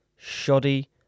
Shoddy